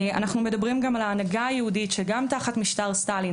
אנחנו מדברים גם על ההנהגה היהודית שגם תחת משטר סטלין,